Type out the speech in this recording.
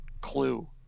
clue